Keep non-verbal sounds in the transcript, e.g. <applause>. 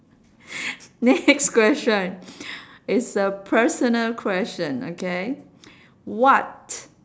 <laughs> next question is a personal question okay what